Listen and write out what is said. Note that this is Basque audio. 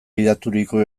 gidaturiko